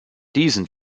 diesen